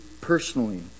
personally